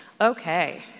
Okay